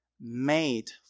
made